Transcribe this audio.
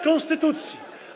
konstytucji?